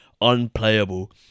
Unplayable